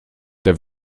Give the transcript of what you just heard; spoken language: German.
der